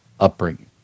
upbringing